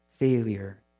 Failure